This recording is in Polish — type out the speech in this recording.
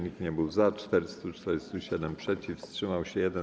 Nikt nie był za, 447 - przeciw, wstrzymał się 1.